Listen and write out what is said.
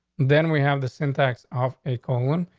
then we have this intacs off a colon,